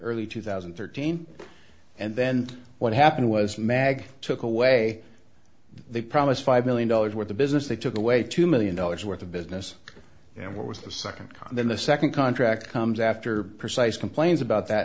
early two thousand and thirteen and then what happened was mag took away they promised five million dollars worth of business they took away two million dollars worth of business and what was the nd com then the nd contract comes after precise complains about that